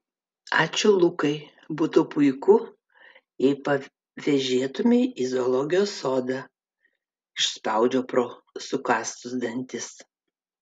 ačiū lukai būtų puiku jei pavėžėtumei į zoologijos sodą išspaudžiau pro sukąstus dantis